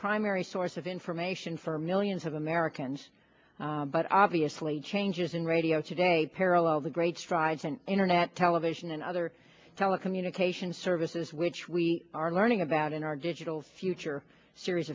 primary source of information for millions of americans but obviously changes in radio today parallels the great strides in internet television and other telecommunications services which we are learning about in our digital future series